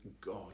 God